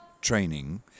training